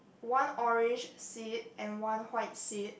one orange seat and one white seat